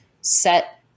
set